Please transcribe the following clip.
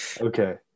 Okay